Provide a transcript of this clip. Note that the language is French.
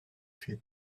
fée